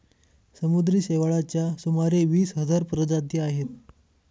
समुद्री शेवाळाच्या सुमारे वीस हजार प्रजाती आहेत